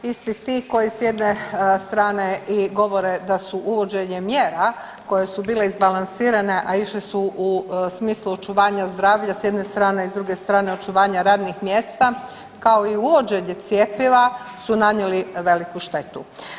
Isti ti koji s jedne strane i govore da su uvođenje mjera koje su bile izbalansirane, a išle su u smislu očuvanja zdravlja s jedne strane i s druge strane očuvanja radnih mjesta kao i uvođenje cjepiva su nanijeli veliku štetu.